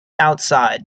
outside